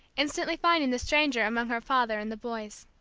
instantly finding the stranger among her father and the boys.